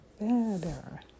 better